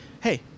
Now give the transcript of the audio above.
Hey